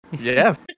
Yes